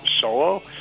solo